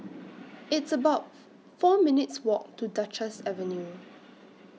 It's about four minutes' Walk to Duchess Avenue